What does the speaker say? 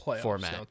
format